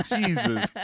Jesus